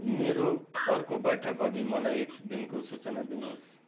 मेरो अर्को बैठक अघि मलाई एक दिनको सूचना दिनुहोस्